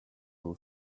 will